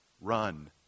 Run